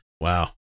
Wow